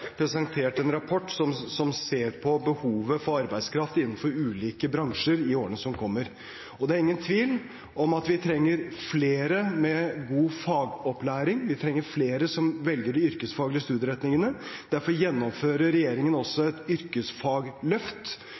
presentert en rapport som ser på behovet for arbeidskraft innenfor ulike bransjer i årene som kommer. Det er ingen tvil om at vi trenger flere med god fagopplæring. Vi trenger flere som velger de yrkesfaglige studieretningene. Derfor gjennomfører regjeringen et yrkesfagløft,